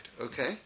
okay